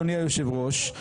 אדוני היושב ראש,